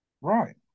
Right